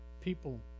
people